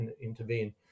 intervene